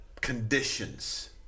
conditions